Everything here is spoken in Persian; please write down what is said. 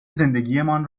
زندگیمان